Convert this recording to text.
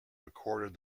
recorded